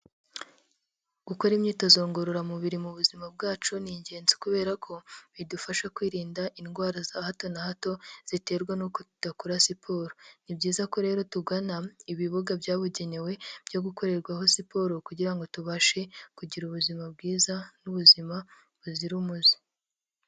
Gukora imyitozo ngororamubiri mu buzima bwacu ni ingenzi, kubera ko bidufasha kwirinda indwara za hato na hato, ziterwa n'uko tudakora siporo, ni byiza ko rero tugana ibibuga byabugenewe byo gukorerwaho siporo, kugira ngo tubashe kugira ubuzima bwiza n'ubuzima buzira umuze.